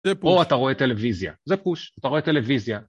או אתה רואה טלוויזיה. זה פוש, אתה רואה טלוויזיה.